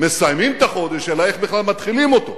מסיימים את החודש אלא איך בכלל מתחילים אותו.